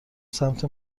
سمت